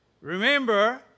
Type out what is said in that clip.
Remember